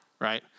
right